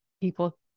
people